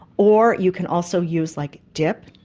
or you can also use like dip,